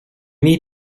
need